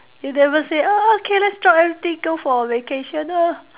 you never say oh okay let's drop everything go for a vacation ah